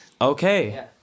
Okay